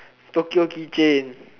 Tokyo keychain